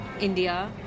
India